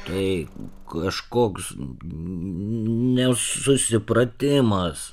tai kažkoks nesusipratimas